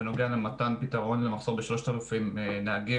בנוגע למתן פתרון למחסור ב-3,000 נהגים